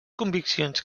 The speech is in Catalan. conviccions